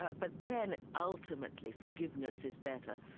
ah but then, ultimately, forgiveness is better.